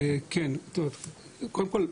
קודם כל,